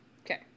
Okay